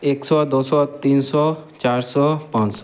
एक सौ दो सौ तीन सौ चार सौ पाँच सौ